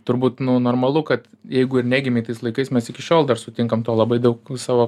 turbūt nu normalu kad jeigu ir negimei tais laikais mes iki šiol dar sutinkam to labai daug savo